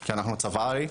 כי אנחנו הצבא הרי,